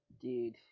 Dude